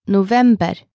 November